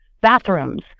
bathrooms